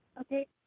Okay